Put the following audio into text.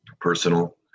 personal